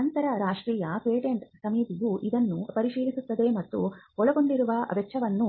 ಅಂತರರಾಷ್ಟ್ರೀಯ ಪೇಟೆಂಟ್ ಸಮಿತಿಯು ಇದನ್ನು ಪರಿಶೀಲಿಸುತ್ತದೆ ಮತ್ತು ಒಳಗೊಂಡಿರುವ ವೆಚ್ಚವನ್ನು